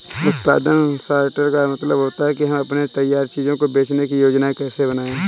उत्पादन सॉर्टर का मतलब होता है कि हम तैयार चीजों को बेचने की योजनाएं कैसे बनाएं